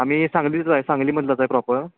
आम्ही सांगलीचंच आहे सांगलीमधलंच आहे प्रॉपर